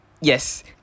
Yes